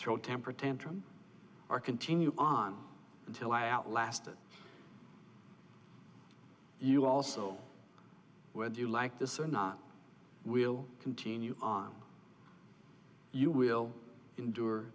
throw temper tantrum or continue on until i outlasted you also where do you like this or not we'll continue on you will endure